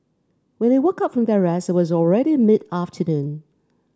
when they woke up from their rest it was already mid afternoon